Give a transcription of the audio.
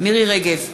מירי רגב,